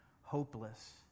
hopeless